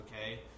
okay